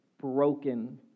broken